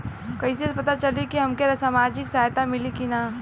कइसे से पता चली की हमके सामाजिक सहायता मिली की ना?